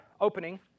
opening